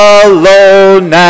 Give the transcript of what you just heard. alone